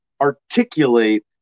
articulate